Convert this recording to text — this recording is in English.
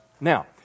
Now